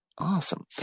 Awesome